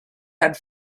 had